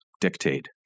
dictate